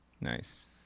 Nice